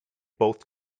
both